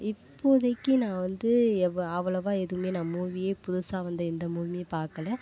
இப்போதைக்கு நான் வந்து எவ் அவ்வளவாக எதுவுமே நான் மூவியே புதுசாக வந்த எந்த மூவியுமே பார்க்கல